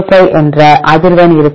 05 என்ற அதிர்வெண் இருக்கும்